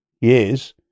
years